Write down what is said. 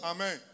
Amen